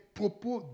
propos